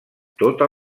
tota